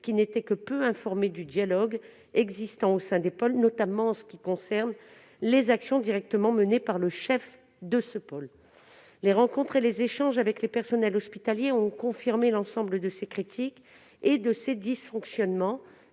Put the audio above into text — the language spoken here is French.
qui n'étaient que peu informées du dialogue existant au sein des pôles, notamment en ce qui concerne les actions directement menées par le chef de ce pôle. Les rencontres et les échanges avec les personnels hospitaliers ont confirmé l'ensemble de ces critiques et de ces dysfonctionnements